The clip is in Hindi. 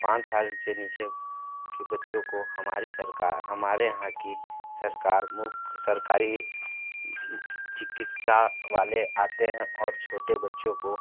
पाँच साल से नीचे के बच्चों को हमारी सरकार हमारे यहाँ की सरकार मुफ्त सरकारी चिकित्सा वाले आते हैं और छोटे बच्चों को